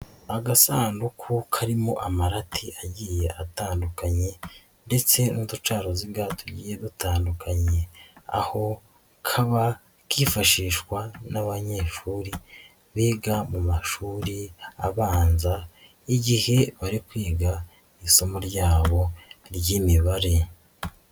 Agasanduku karimo amarati agiye atandukanye ndetse n'uducaruziga tugiye dutandukanye, aho kaba kifashishwa n'abanyeshuri biga mu mashuri abanza igihe bari kwiga isomo ryabo ry'imibare.